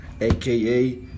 AKA